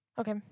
Okay